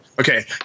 Okay